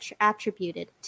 attributed